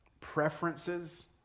preferences